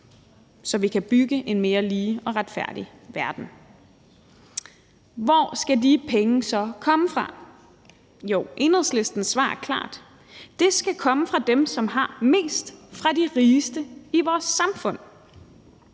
så vi kan bygge en mere lige og retfærdig verden. Hvor skal de penge så komme fra? Jo, Enhedslistens svar er klart: De skal komme fra dem, som har mest – fra de rigeste i vores samfund.